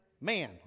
Man